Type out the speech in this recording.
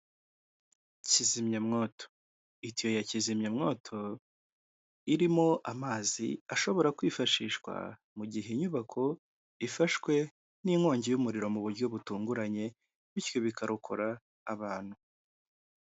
Kizimyamwoto, itiyo ya kizimyamwoto irimo amazi ashobora kwifashishwa mu gihe inyubako ifashwe n'inkongi y'umuriro mu buryo butunguranye bityo bikarokora abantu.